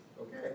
okay